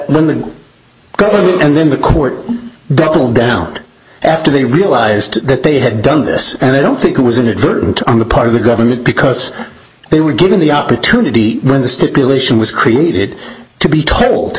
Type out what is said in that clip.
governor and then the court doubled down after they realized that they had done this and i don't think it was inadvertent on the part of the government because they were given the opportunity when the stipulation was created to be told